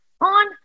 on